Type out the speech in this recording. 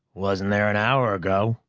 wasn't there an hour ago.